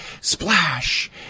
Splash